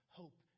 hope